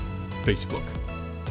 Facebook